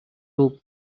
group